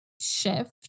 shift